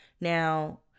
Now